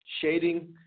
shading